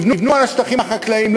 יבנו על השטחים החקלאיים,